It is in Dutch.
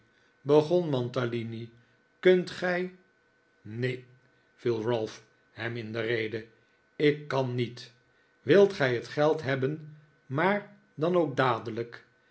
gon mantalini kunt gij neen viel ralph hem in de rede ik kan niet wilt gij het geld hebben maar dan ook dadelijk